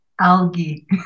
algae